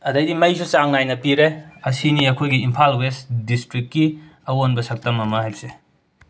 ꯑꯗꯩꯗꯤ ꯃꯩꯁꯨ ꯆꯥꯡ ꯅꯥꯏꯅ ꯄꯤꯔꯦ ꯑꯁꯤꯅꯤ ꯑꯩꯈꯣꯏꯒꯤ ꯏꯝꯐꯥꯜ ꯋꯦꯁ ꯗꯤꯁꯇ꯭ꯔꯤꯛꯀꯤ ꯑꯋꯣꯟꯕ ꯁꯛꯇꯝ ꯑꯃ ꯍꯥꯏꯕꯁꯦ